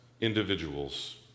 individuals